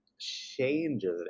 Changes